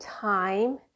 time